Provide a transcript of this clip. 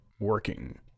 working